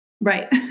Right